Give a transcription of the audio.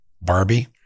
Barbie